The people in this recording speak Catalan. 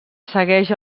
segueix